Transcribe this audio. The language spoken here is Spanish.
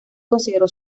consideró